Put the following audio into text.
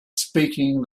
speaking